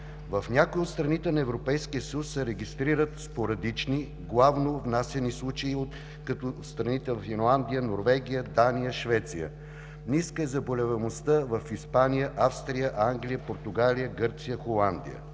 В някои от страните от Европейския съюз се регистрират спорадични, главно внасяни случаи, като това са страните Ирландия, Норвегия, Дания, Швеция. Ниска е заболеваемостта в Испания, Австрия, Англия, Португалия, Гърция, Холандия.